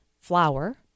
flour